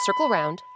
circleround